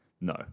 No